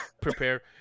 prepare